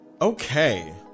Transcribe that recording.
okay